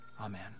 Amen